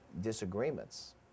disagreements